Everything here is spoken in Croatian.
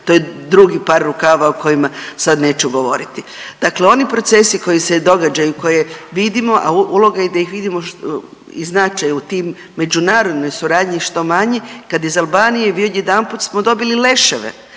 to je drugi par rukava o kojima sada neću govoriti. Dakle oni procesi koji se događaju i koje vidimo a uloga je da ih vidimo i značaj u toj međunarodnoj suradnji što manji kada iz Albanije mi odjedanput smo dobili leševe,